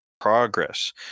progress